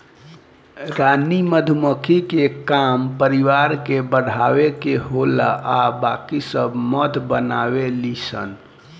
रानी मधुमक्खी के काम परिवार के बढ़ावे के होला आ बाकी सब मध बनावे ली सन